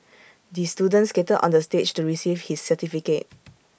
the student skated onto the stage to receive his certificate